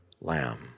lamb